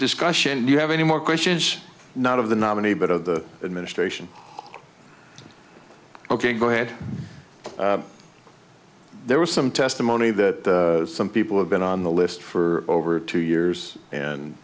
discussion do you have any more questions not of the nominee but of the administration ok go ahead there was some testimony that some people have been on the list for over two years